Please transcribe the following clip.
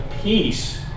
peace